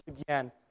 again